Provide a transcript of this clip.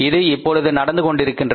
இது இப்பொழுது நடந்து கொண்டிருக்கின்றது